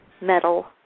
metal